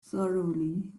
thoroughly